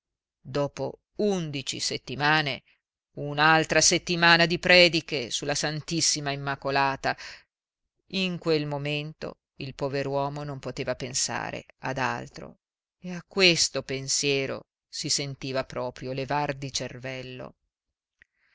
dopo undici settimane un'altra settimana di prediche su la ss immacolata in quel momento il pover uomo non poteva pensare ad altro e a questo pensiero si sentiva proprio levar di cervello